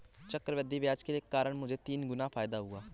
चक्रवृद्धि ब्याज के कारण मुझे तीन गुना फायदा हुआ